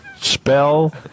Spell